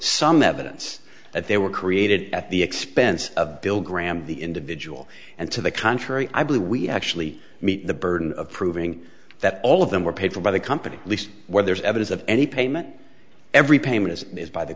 some evidence that they were created at the expense of bill graham the individual and to the contrary i believe we actually meet the burden of proving that all of them were paid for by the company at least where there's evidence of any payment every payment is made by the